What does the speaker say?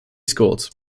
schools